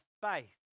faith